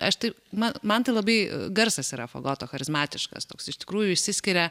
aš tai na man tai labai garsas yra fagoto charizmatiškas toks iš tikrųjų išsiskiria